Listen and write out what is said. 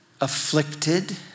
afflicted